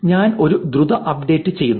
ഞാൻ ഒരു ദ്രുത അപ്ഡേറ്റ് ചെയ്യുന്നു